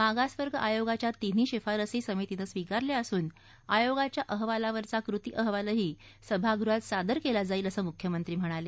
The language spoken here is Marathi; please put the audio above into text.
मागासवर्ग आयोगाच्या तिन्ही शिफारसी समितीनं स्वीकारल्या असून आयोगाच्या अहवालावरचा कृती अहवालही सभागृहात सादर केला जाईल असं मुख्यमंत्री म्हणाले